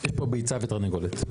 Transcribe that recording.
יש פה ביצה ותרנגולת.